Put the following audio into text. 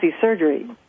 surgery